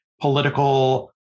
political